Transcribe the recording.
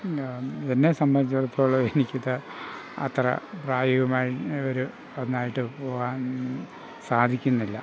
എന്നെ സംബന്ധിച്ചടത്തോളം എനിക്ക് ഇത് അത്ര പ്രായോഗികമായി ഒരു ഒന്നായിട്ട് പോവാൻ സാധിക്കുന്നില്ല